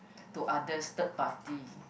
to others third party